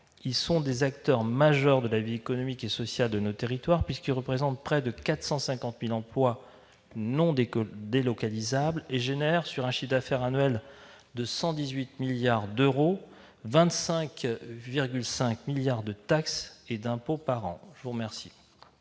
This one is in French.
ce sont des acteurs majeurs de la vie économique et sociale de nos territoires, car ils représentent près de 450 000 emplois non délocalisables et génèrent, sur un chiffre d'affaires annuel de 118 milliards d'euros, 25,5 milliards d'euros de taxes et d'impôts par an. Quel